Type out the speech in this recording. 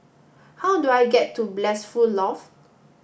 how do I get to Blissful Loft